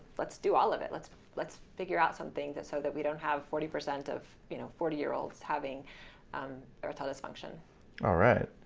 let's do all of it let's let's figure out some things, so that we don't have forty percent of you know forty year olds having erectile dysfunction all right.